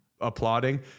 applauding